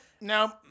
Now